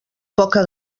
poca